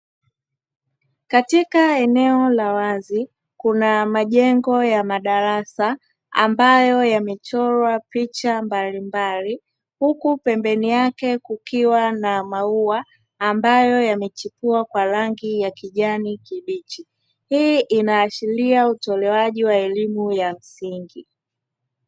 Katika eneo la wazi kuna majengo ya madarasa; ambayo yamechorwa picha mbalimbali, huku pembeni yake kukiwa na maua ambayo yamechipua kwa rangi ya kijani kibichi. Hii inaashiria utolewaji wa elimu ya msingi.